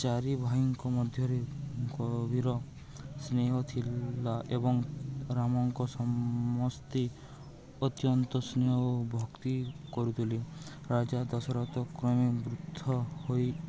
ଚାରି ଭାଇଙ୍କ ମଧ୍ୟରେ ଗଭୀର ସ୍ନେହ ଥିଲା ଏବଂ ରାମଙ୍କୁ ସମସ୍ତେ ଅତ୍ୟନ୍ତ ସ୍ନେହ ଓ ଭକ୍ତି କରୁଥିଲେ ରାଜା ଦଶରଥ କ୍ରମେ ବୃଦ୍ଧ ହୋଇ